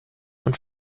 von